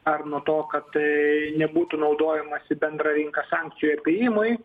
ar nuo to kad nebūtų naudojamasi bendra rinka sankcijų apėjimui